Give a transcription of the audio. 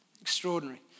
Extraordinary